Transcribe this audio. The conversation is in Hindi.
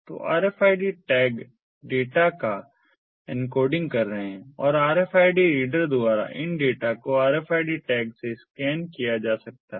तो RFID टैग डेटा का एन्कोडिंग कर रहे हैं और RFID रीडर द्वारा इन डेटा को RFID टैग से स्कैन किया जा सकता है